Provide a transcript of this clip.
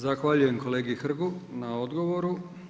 Zahvaljujem kolegi Hrgu na odgovoru.